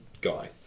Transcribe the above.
guy